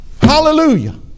Hallelujah